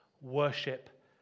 worship